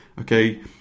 Okay